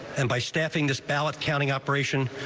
and by staffing this ballot counting operation.